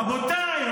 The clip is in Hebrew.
רבותיי,